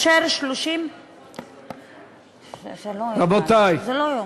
30% זה לא ייאמן.